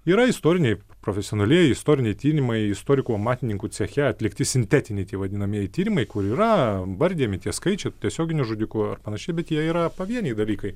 yra istoriniai profesionalieji istoriniai tyrimai istorikų amatininkų ceche atlikti sintetiniai tie vadinamieji tyrimai kur yra vardijami tie skaičiai tiesioginių žudikų ar panašiai bet jie yra pavieniai dalykai